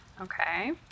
Okay